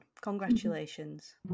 Congratulations